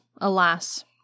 alas